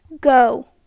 Go